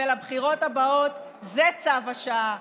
ולבחירות הבאות זה צו השעה,